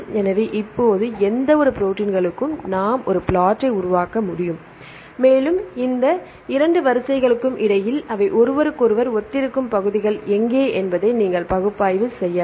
எனவே இப்போது எந்தவொரு ப்ரோடீன்களுக்கும் நாம் ஒரு பிளாட்டை உருவாக்க முடியும் மேலும் எந்த இரண்டு வரிசைகளுக்கும் இடையில் அவை ஒருவருக்கொருவர் ஒத்திருக்கும் பகுதிகள் எங்கே என்பதை நீங்கள் பகுப்பாய்வு செய்யலாம்